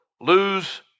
lose